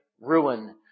ruin